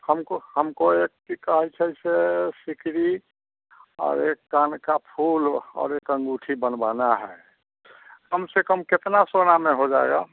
हमको हमको एक टीका छै से सिकड़ी और एक कान का फूल और एक अँगूठी बनवाना है कम से कम कितना सोना में हो जाएगा